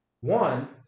one